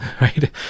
right